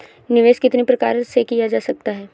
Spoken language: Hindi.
निवेश कितनी प्रकार से किया जा सकता है?